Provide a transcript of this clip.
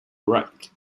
right